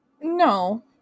No